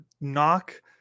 knock